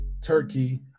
Turkey